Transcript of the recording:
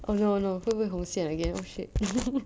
oh no oh no 会不会红线 again oh shit